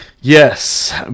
Yes